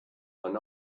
and